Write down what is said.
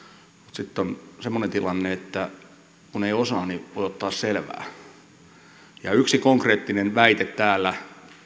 sitten on semmoinen tilanne että kun ei osaa niin voi ottaa selvää ja yksi konkreettinen väite täällä